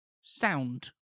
sound